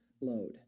load